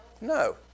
No